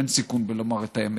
אין סיכון בלומר את האמת.